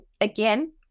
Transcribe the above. again